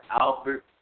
Albert